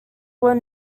were